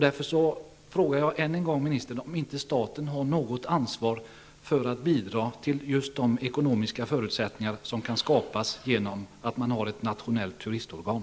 Därför frågar jag än en gång ministern om inte staten har något ansvar för att bidra till just de ekonomiska förutsättningar som kan skapas genom ett nationellt turistorgan.